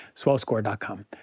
Swellscore.com